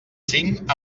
cinc